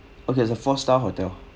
okay it's a four star hotel